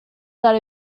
that